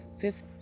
fifth